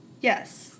yes